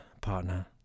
partner